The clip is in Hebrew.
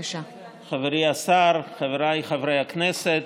חברי השר, חבריי חברי הכנסת,